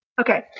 Okay